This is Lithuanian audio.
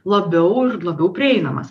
labiau ir labiau prieinamas